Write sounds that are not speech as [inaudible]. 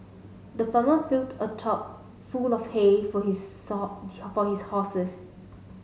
the farmer filled a trough full of hay for his [unintelligible] for his horses